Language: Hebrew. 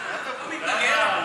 תשחרר אותנו, למה?